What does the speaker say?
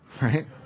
Right